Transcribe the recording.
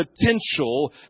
potential